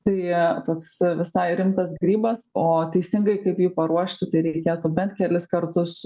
tai toks visai rimtas grybas o teisingai kaip jį paruošti tai reikėtų bent kelis kartus